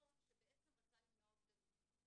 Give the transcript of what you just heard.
בתיכון שבעצם רצה למנוע אובדנות,